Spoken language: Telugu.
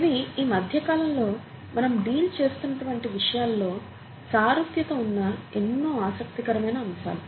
ఇవి ఈ మధ్యకాలం లో మనం డీల్ చేస్తున్నటివంటి విషయాలతో సారూప్యత ఉన్న ఎన్నో ఆసక్తికరమైన అంశాలు